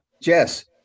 Jess